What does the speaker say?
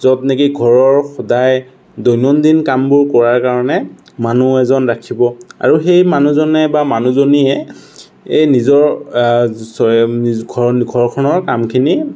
য'ত নেকি ঘৰৰ সদায় দৈনন্দিন কামবোৰ কৰাৰ কাৰণে মানুহ এজন ৰাখিব আৰু সেই মানুহজনে বা মানুহজনীয়ে এই নিজৰ ঘৰখনৰ কামখিনি